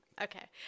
Okay